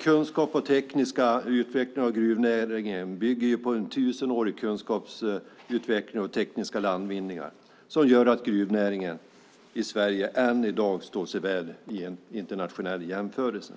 Kunskapen och den tekniska utvecklingen av gruvnäringen bygger på tusenårig kunskapsutveckling och tekniska landvinningar som gör att gruvnäringen i Sverige än i dag står sig väl i internationell jämförelse.